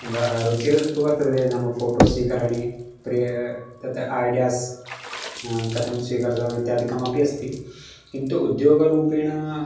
रुचिः तु वर्तते नाम फ़ोटो स्वीकरणे प्रि तत् ऐडियास् कथं स्वीकर्तव्यमित्यादिकमपि अस्ति किन्तु उद्योगरूपेण